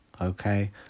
okay